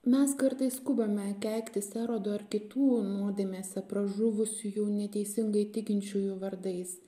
mes kartais skubame keiktis erodo ar kitų nuodėmėse pražuvusiųjų neteisingai tikinčiųjų vardais